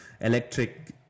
electric